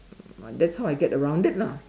um that's how I get around it lah